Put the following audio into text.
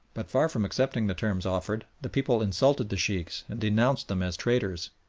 but far from accepting the terms offered, the people insulted the sheikhs and denounced them as traitors.